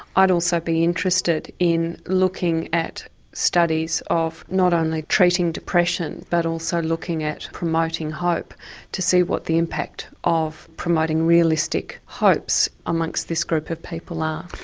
i'd also be interested in looking at studies of not only treating depression, but also looking at promoting hope to see what the impact of promoting realistic hopes amongst this group of people are.